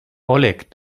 oleg